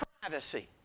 privacy